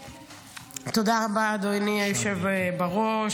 תודה רבה, אדוני היושב בראש.